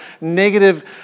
negative